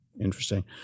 interesting